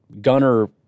gunner